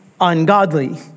ungodly